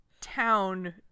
town